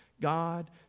God